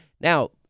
Now